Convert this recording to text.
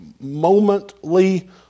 momently